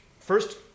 first